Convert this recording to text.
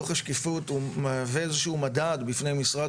דו"ח השקיפות מהווה איזה שהוא מדד בפני משרד